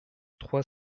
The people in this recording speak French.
trois